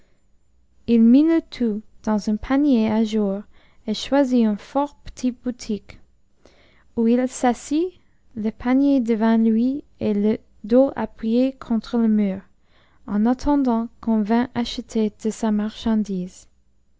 tout dans un panier à jour et choisit une fort petite boutique où il s'assit le panier devant lui et le dos appuyé contre le mur en attendant qu'on vint acheter de sa marchandise